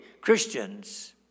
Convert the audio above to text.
Christians